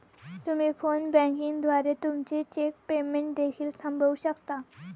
तुम्ही phone banking द्वारे तुमचे चेक पेमेंट देखील थांबवू शकता